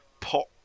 pop